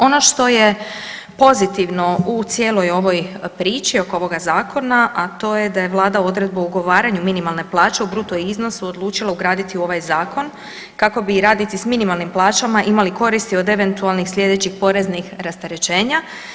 Ono što je pozitivno u cijeloj ovoj priči oko ovoga zakona, a to je da je Vlada odredbu o ugovaranju minimalne plaće u bruto iznosu odlučila ugraditi u ovaj zakon kako bi radnici sa minimalnim plaćama imali koristi od eventualnih sljedećih poreznih rasterećenja.